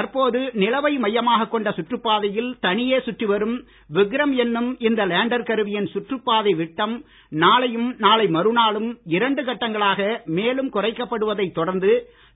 தற்போது நிலவை மையமாகக் கொண்ட சுற்றுப்பாதையில் தனியே சுற்றி வரும் விக்ரம் என்னும் இந்த லேண்டர் கருவியின் சுற்றுப்பாதை விட்டம் நாளையும் நாளை மறுநாளும் இரண்டு கட்டங்களாக மேலும் குறைக்கப்படுவதைத் தொடர்ந்து